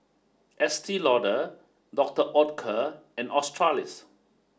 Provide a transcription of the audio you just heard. Estee Lauder Dr Oetker and Australis